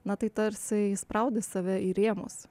na tai tarsi įspraudi save į rėmus